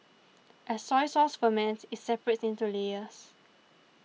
as soy sauce ferments it separates into layers